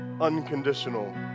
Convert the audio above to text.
unconditional